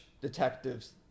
detectives